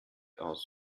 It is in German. aus